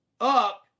up